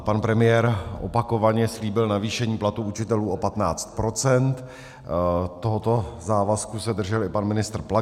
Pan premiér opakovaně slíbil navýšení platu učitelů o 15 %, tohoto závazku se držel i pan ministr Plaga.